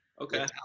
Okay